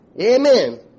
Amen